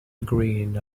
green